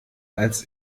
als